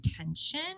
attention